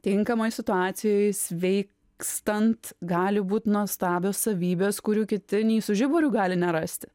tinkamoj situacijoj sveikstant gali būt nuostabios savybės kurių kiti nė su žiburiu gali nerasti